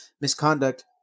misconduct